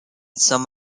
some